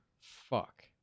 Fuck